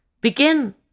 Begin